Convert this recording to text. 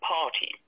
Party